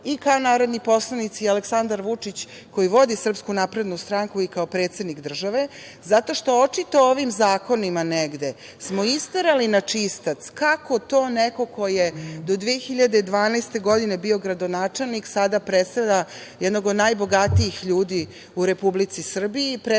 i kao narodni poslanici i Aleksandar Vučić koji vodi SNS i kao predsednik države, zato što očito ovim zakonima negde smo isterali na čistac kako to neko ko je do 2012. godine bio gradonačelnik sada predstavlja jednog od najbogatijih ljudi u Republici Srbiji